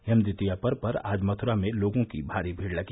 यम द्वितीया पर्व पर आज मथुरा में लोगों की भारी भीड़ लगी